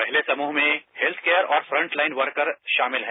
पहले समूह में हेत्थ केयर और फ्रंट लाइन वर्कर शामिल है